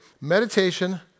meditation